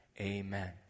amen